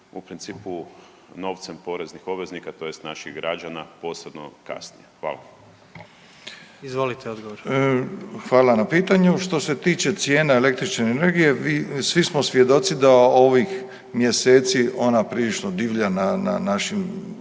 u principu novcem poreznih obveznika tj. naših građana posebno kasnije? Hvala. **Jandroković, Gordan (HDZ)** Izvolite odgovor. **Milatić, Ivo** Hvala na pitanju. Što se tiče cijene električne energije svi smo svjedoci da ovih mjeseci ona prilično divlja na, na